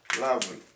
Lovely